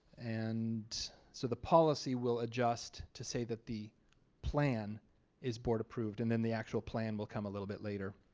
and so the policy will adjust to say that the plan is board approved and then the actual plan will come a little bit later.